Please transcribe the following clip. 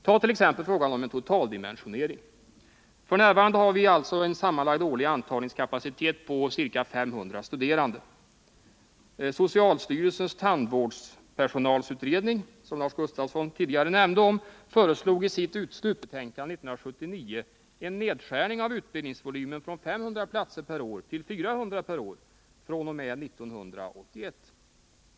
Ta t.ex. frågan om en totaldimensionering. F.n. har vi alltså en sammanlagd årlig antagningskapacitet på ca 500 studerande. Socialstyrelsens tandvårdspersonalsutredning, som Lars Gustafsson tidigare nämnde om, föreslog i sitt slutbetänkande 1979 en nedskärning av utbildningsvolymen från 500 platser per år till 400 per år fr.o.m. 1981.